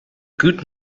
good